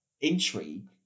intrigue